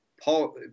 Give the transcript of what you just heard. Paul